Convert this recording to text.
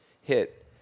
hit